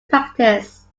practice